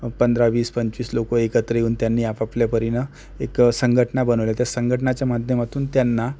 पंधरा वीस पंचवीस लोकं एकत्र येऊन त्यांनी आपआपल्या परीनं एक संघटना बनवली तर संघटनेच्या माध्यमातून त्यांना